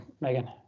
Megan